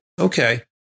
okay